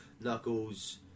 Knuckles